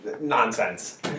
Nonsense